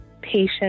patient